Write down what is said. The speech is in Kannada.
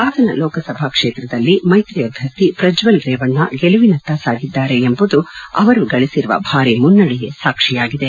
ಹಾಸನ ಲೋಕಸಭಾ ಕ್ಷೇತ್ರದಲ್ಲಿ ಮೈತ್ರಿ ಅಭ್ಯರ್ಥಿ ಪ್ರಜ್ವಲ್ ರೇವಣ್ಣ ಗೆಲುವಿನತ್ತ ಸಾಗಿದ್ದಾರೆ ಎಂಬುದು ಅವರು ಗಳಿಸಿರುವ ಭಾರೀ ಮುನ್ನಡೆಯೇ ಸಾಕ್ಷಿಯಾಗಿದೆ